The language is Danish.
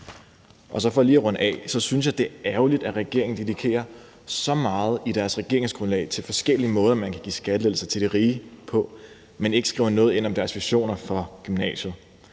at jeg synes, det er ærgerligt, at regeringen dedikerer så meget i deres regeringsgrundlag til forskellige måder, man kan give skattelettelser til de rige på, men ikke skriver noget ind om deres visioner for gymnasiet.